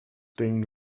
been